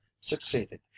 succeeded